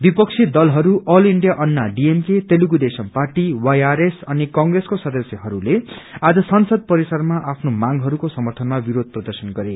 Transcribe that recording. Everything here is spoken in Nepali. विपक्षी दलहरू all India Anna DMK Telugu Desam party YRS अनि कंग्रेसको सदस्यहरूले आज संसद परिसरमा आफ्नो मांगहरूको समर्थनमा विरोध प्रर्दशन गरे